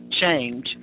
change